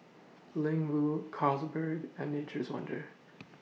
Ling Wu Carlsberg and Nature's Wonders